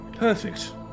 Perfect